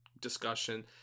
discussion